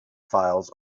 files